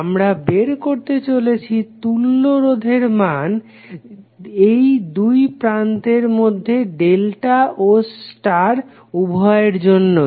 আমরা বের করতে চলেছি তুল্য রোধের মান এই দুটি প্রান্তের মধ্যে ডেল্টা ও স্টার উভয়ের জন্যই